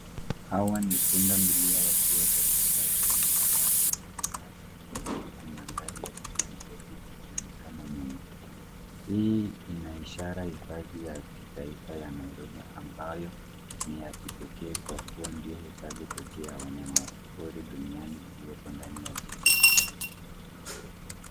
Hawa ni pundamilia wakiwa katika eneo la wazi lenye nyasi nyingi huku mandhari ya jiji Nairobi ikionekana nyuma. Hii ina ishara hifadhi ya kitaifa ya Nairobi ambayo, ni ya kipekee kwa kuwa ndiyo hifadhi pekee ya wanyamapori duniani iliyoko ndani ya jiji kuu.